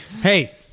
Hey